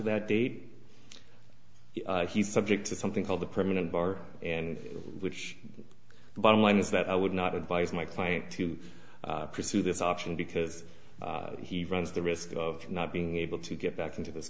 that date he subject to something called the permanent bar and which the bottom line is that i would not advise my client to pursue this option because he runs the risk of not being able to get back into this